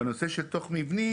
בנושא של תוך מבני,